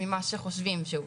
ממה שחושבים שהוא.